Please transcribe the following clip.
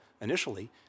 initially